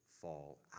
fall